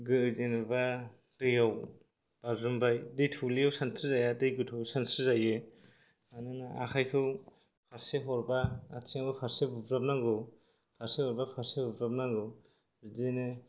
जेनोबा दैयाव बाज्रुमबाय दै थौलेयाव सानस्रि जाया दै गोथौआव सानस्रि जायो मानोना आखायखौ फारसे हरबा आथिङा फारसे बुब्राबनांगौ फारसे हरबा फारसे बुब्राबनांगौ बिदियैनो